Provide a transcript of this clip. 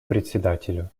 председателю